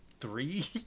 three